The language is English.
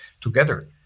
together